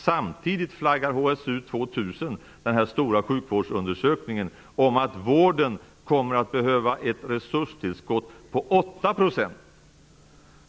Samtidigt flaggar HSU 2000, den stora sjukvårdsundersökningen, om att vården kommer att behöva ett resurstillskott på 8 %.